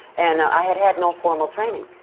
and i had had no formal training.